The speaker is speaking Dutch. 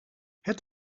het